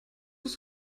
das